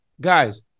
guys